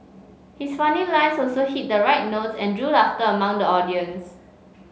his funny lines also hit the right notes and drew laughter among the audience